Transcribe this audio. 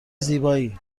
زیبایی